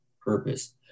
purpose